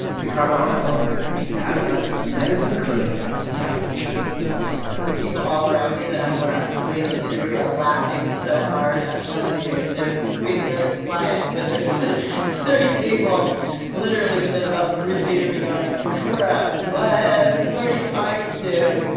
we caught her on the phone at the adolescent medicine clinic at seattle children's hospital the people all around me that am where i'm doing this interview are laughing so hard. i'm telling you, they're being very quiet, but there's thirty people literally within about three feet of me going, cora, what? who are you talking to?